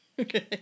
Okay